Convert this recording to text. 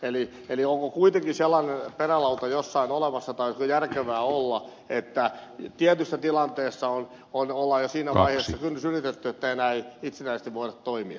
eli onko kuitenkin sellainen perälauta jossain olemassa tai olisiko järkevää olla jos tietyssä tilanteessa on jo siinä vaiheessa kynnys ylitetty että ei enää itsenäisesti voida toimia